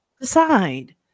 decide